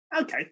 Okay